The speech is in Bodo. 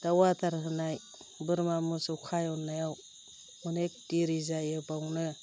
दाव आदार होनाय बोरमा मोसौ खारन्नायाव अनेक दिरि जायो बावनो